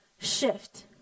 shift